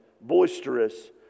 boisterous